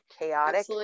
chaotic